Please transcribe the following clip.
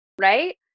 right